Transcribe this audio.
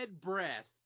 breath